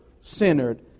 centered